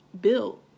built